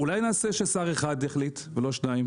אולי נעשה ששר אחד יחליט ולא שניים?